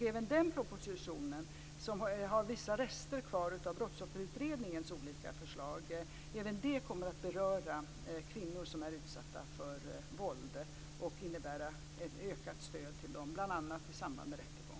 I den propositionen finns rester kvar från Brottsofferutredningens förslag, som kommer att beröra kvinnor som är utsatta för våld och innebära ökat stöd till dem, bl.a. i samband med rättegång.